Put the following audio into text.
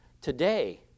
today